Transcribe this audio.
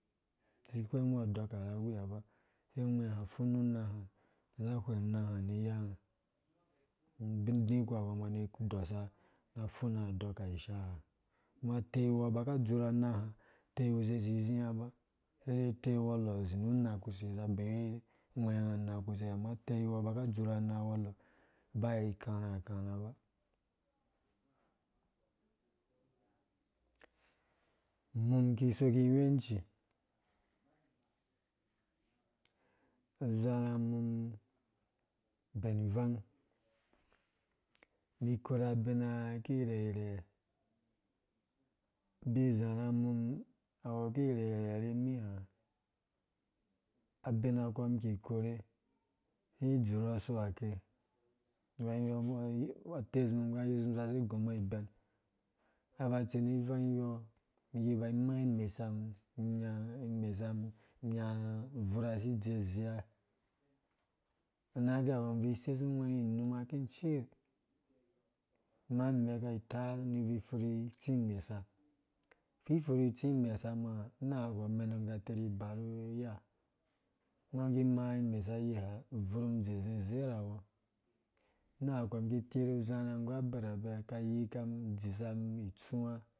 Siihwengmbɔ adoka ra awiya bba sai. ungwe ha afunu una ha za ahweng una ha ni iyanga udiku kɔ umbɔ ka ni dɔsa na afuna adɔka isha ha, kuma utei wɔɔ ba ka adzurh unaha uteiwusei si izia ba seidei uteiwɔcɔ azi nu una kuse za abewe ungwenga uma kuse ama eteuwɔɔ ba ka dzurha una wɔcɔ, baa ikarha akarha ba iyui ki iso ki ingwenci uzarhamum bɛn ivang mi ikora abina ki irherhe, abi uzarha mum awu ki irheirhe nimi ha, abinakɔ umum ki kore si idzurhɔ usu ake ivangyɔ atesm nggu ayisum sa si igumbɔ ibɛn aba tsi ni ivang yɔɔ umum iba imaa imesam, inyai, imesa mum inya ki hakɔ ibuui isesum kiciiir iffuri itsi imesa ipfipfuri. itsi imesama ha amanga kɔ amenan ka tiri ibaru iya kuma ki imaa imesa yiha ubvurhmum adze zezerawɔ anangkɔ ki itiru uzarha nggu abirabɛ ka ayika umum, adzesa umum itsuwa